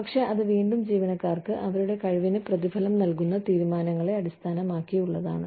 പക്ഷേ അത് വീണ്ടും ജീവനക്കാർക്ക് അവരുടെ കഴിവിന് പ്രതിഫലം നൽകുന്ന തീരുമാനങ്ങളെ അടിസ്ഥാനമാക്കിയുള്ളതാണ്